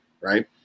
right